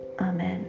Amen